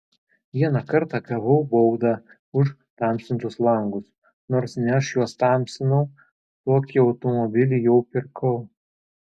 vieną kartą gavau baudą už tamsintus langus nors ne aš juos tamsinau tokį automobilį jau pirkau